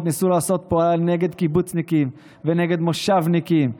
ניסו לעשות פה נגד קיבוצניקים ונגד מושבניקים,